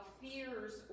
fears